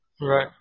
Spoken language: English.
Right